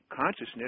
Consciousness